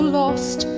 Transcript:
lost